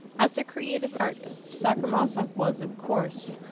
as a creative artist sacher-masoch was, of course,